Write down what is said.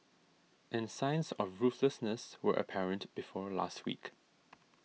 and signs of ruthlessness were apparent before last week